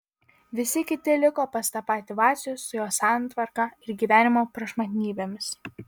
visi kiti liko pas tą patį vacių su jo santvarka ir gyvenimo prašmatnybėmis